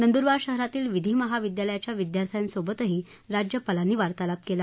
नंदूरबार शहरातील विधी महाविद्यालयाच्या विद्यार्थ्यांसोबतही राज्यपालांनी वार्तालाप केला